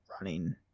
running